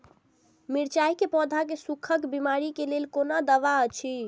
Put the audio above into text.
मिरचाई के पौधा के सुखक बिमारी के लेल कोन दवा अछि?